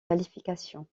qualifications